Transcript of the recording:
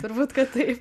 turbūt kad taip